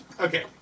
Okay